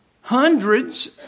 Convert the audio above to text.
hundreds